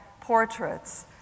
portraits